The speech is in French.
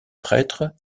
prêtre